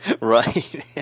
Right